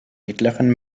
mittleren